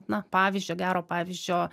na pavyzdžio gero pavyzdžio